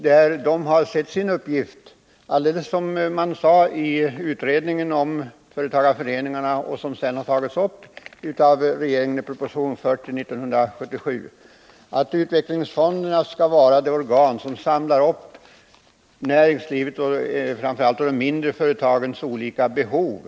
Dessa har sett som sin uppgift att, i enlighet med vad som sades i utredningen om företagarföreningarna och i regeringens proposition 1977/78:40, vara ett samlande organ inom näringslivet för framför allt de mindre företagens olika behov.